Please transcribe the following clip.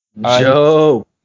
Joe